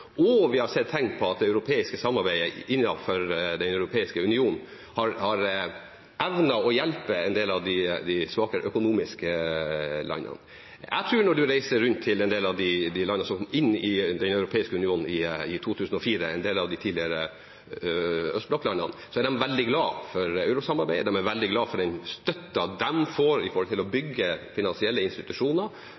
og vi har sett tegn på at man med det europeiske samarbeidet innenfor Den europeiske union har evnet å hjelpe en del av de økonomisk svakere landene. Når en reiser rundt til en del av de landene som kom inn i Den europeiske union i 2004, en del av de tidligere østblokklandene, ser en at de veldig glad for eurosamarbeidet, de er veldig glad for den støtten de får til å bygge finansielle institusjoner for å